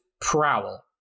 prowl